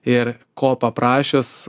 ir ko paprašius